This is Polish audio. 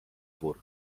wór